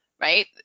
right